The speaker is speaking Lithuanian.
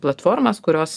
platformas kurios